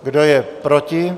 Kdo je proti?